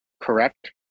correct